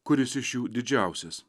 kuris iš jų didžiausias